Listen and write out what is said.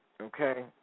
Okay